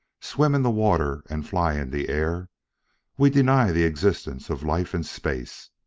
swim in the water and fly in the air we deny the existence of life in space.